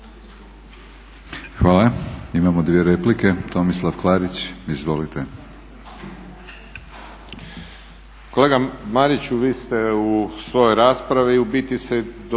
Hvala. Imamo dvije replike. Tomislav Klarić. Izvolite.